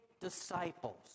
disciples